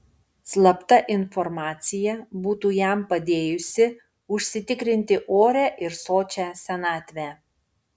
slapta informacija būtų jam padėjusi užsitikrinti orią ir sočią senatvę